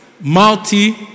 Multi